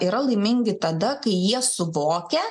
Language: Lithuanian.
yra laimingi tada kai jie suvokia